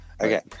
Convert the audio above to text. Okay